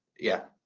yeah.